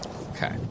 Okay